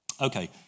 Okay